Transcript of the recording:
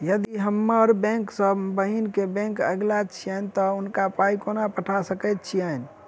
यदि हम्मर बैंक सँ हम बहिन केँ बैंक अगिला छैन तऽ हुनका कोना पाई पठा सकैत छीयैन?